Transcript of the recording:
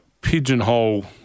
pigeonhole